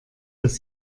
dass